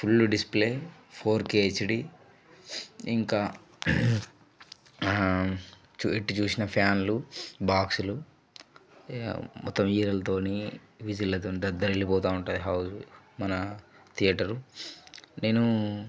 full display four K HD ఇంకా చు ఎటు చూసినా ఫ్యాన్లు బాక్స్లు మొత్తం ఈలలతోని విజిల్తోని దద్దరిల్లిపోతూ ఉంటుంది హాల్ మన థియేటరు నేను